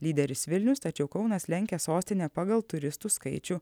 lyderis vilnius tačiau kaunas lenkia sostinę pagal turistų skaičių